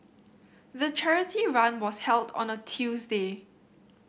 the charity run was held on a Tuesday